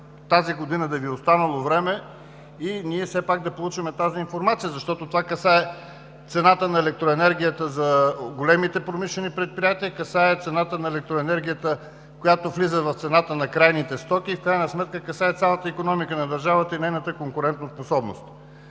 тази година да Ви е останало време и ние все пак да получим тази информация, защото това касае цената на електроенергията за големите промишлени предприятия, касае цената на електроенергията, която влиза в цената на крайните стоки и в крайна сметка касае цялата икономика на държавата и нейната конкурентоспособност.